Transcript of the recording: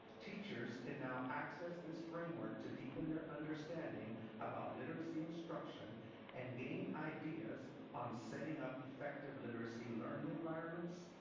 teachers can now access this framework to deepen their understanding about literacy instruction and gain ideas on setting up effective literacy learning environments,